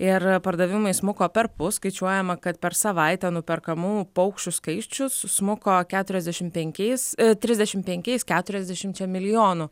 ir pardavimai smuko perpus skaičiuojama kad per savaitę nuperkamų paukščių skaičius smuko keturiasdešim penkiais trisdešim penkiais keturiasdešimčia milijonų